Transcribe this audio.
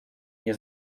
nie